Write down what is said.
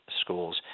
schools